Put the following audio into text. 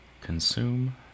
Consume